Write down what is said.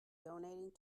donating